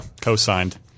Co-signed